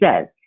says